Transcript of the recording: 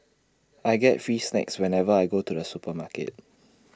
I get free snacks whenever I go to the supermarket